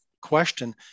question